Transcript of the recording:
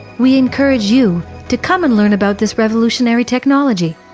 we encourage you to come and learn about this revolutionary technology.